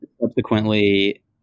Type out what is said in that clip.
subsequently